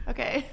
Okay